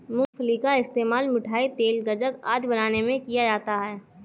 मूंगफली का इस्तेमाल मिठाई, तेल, गज्जक आदि बनाने में किया जाता है